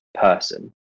person